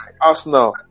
Arsenal